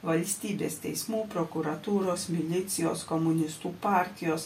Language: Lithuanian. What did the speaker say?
valstybės teismų prokuratūros milicijos komunistų partijos